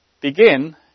begin